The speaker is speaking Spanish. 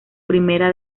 primera